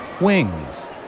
wings